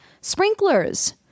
sprinklers